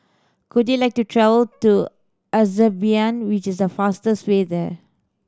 could you like to travel to Azerbaijan which is the fastest way there